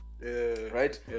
right